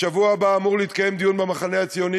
בשבוע הבא אמור להתקיים דיון במחנה הציוני,